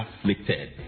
afflicted